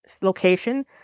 location